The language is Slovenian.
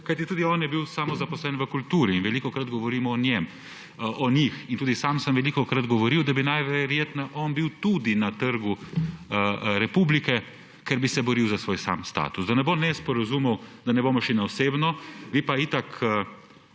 Tudi on je bil samozaposlen v kulturi in velikokrat govorimo o njih. Tudi sam sem velikokrat govoril, da bi najverjetneje on bil tudi na Trgu republike, ker bi se boril za svoj status. Da ne bo nesporazumov, da ne bomo šli na osebno. Vi pa itak